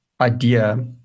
idea